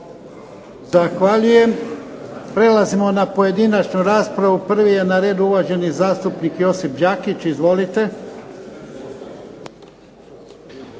Zahvaljujem. Prelazimo na pojedinačnu raspravu. Prvi je na redu uvaženi Josip Đakić. Izvolite.